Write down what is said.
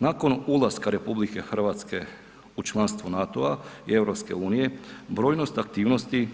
Nakon ulaska RH u članstvo NATO-a i EU brojnost aktivnosti